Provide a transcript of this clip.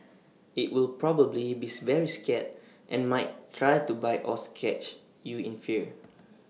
IT will probably bees very scared and might try to bite or scratch you in fear